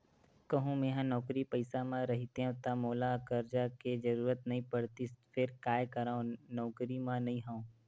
कहूँ मेंहा नौकरी पइसा म रहितेंव ता मोला करजा के जरुरत नइ पड़तिस फेर काय करव नउकरी म नइ हंव